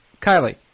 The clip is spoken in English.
Kylie